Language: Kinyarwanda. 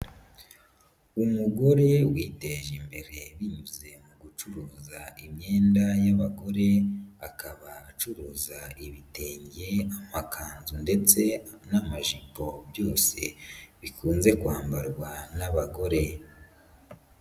Umugore witeje imbere binyuze mu gucuruza imyenda y'abagore, akaba acuruza ibitenge, amakanzu ndetse n'amajipo byose bikunze kwambarwa n'abagore.